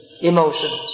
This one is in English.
emotions